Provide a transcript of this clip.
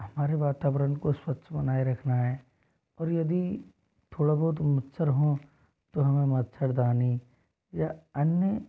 हमारे वातावरण को स्वच्छ बनाए रखना है और यदि थोड़ा बहुत मच्छर हों तो हमें मच्छरदानी या अन्य